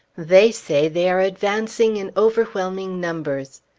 they say they are advancing in overwhelming numbers.